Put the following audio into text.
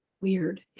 weird